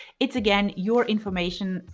it's again, your information.